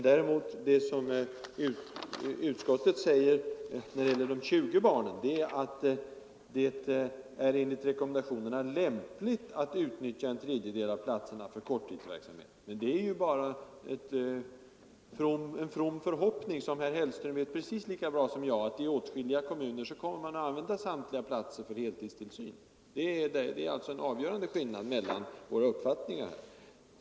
Utskottet däremot säger när det gäller 20 barn att det enligt rekommendationerna är lämpligt att utnyttja en tredjedel av platserna för korttidsverksamhet. Men det är ju bara en from förhoppning, och herr Hellström vet precis lika bra som jag att man i åtskilliga kommuner kommer att använda samtliga platser för heltidstillsyn. Det är alltså här en avgörande skillnad mellan våra uppfattningar.